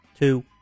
two